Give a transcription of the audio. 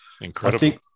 Incredible